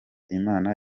imana